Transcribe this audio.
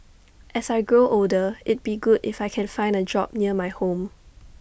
as I grow older it'd be good if I can find A job near my home